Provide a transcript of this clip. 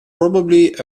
probably